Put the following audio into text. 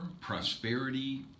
Prosperity